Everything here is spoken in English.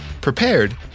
prepared